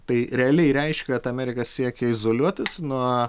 tai realiai reiškia kad amerika siekia izoliuotis nuo